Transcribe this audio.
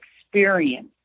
experience